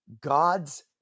God's